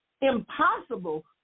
impossible